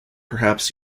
perhaps